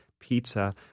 pizza